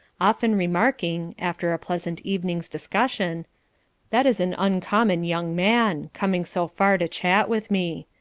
often remarking, after a pleasant evening's discussion that is an uncommon young man, coming so far to chat with me.